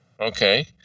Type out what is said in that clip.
Okay